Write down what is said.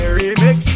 remix